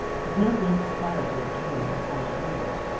with no great disparity between them in point of years,